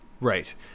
Right